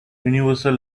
universal